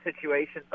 situations